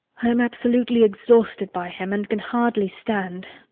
i am absolutely exhausted by him, and can hardly stand.